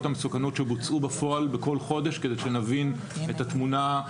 המסוכנות שבוצעו בפועל בכל חודש כדי שנבין את התמונה.